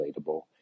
relatable